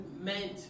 meant